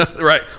right